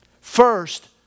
First